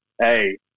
Hey